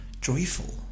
joyful